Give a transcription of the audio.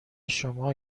شما